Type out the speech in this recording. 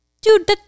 dude